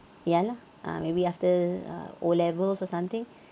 ya lah ah maybe after uh o levels or something